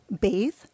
bathe